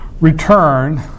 return